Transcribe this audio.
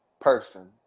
person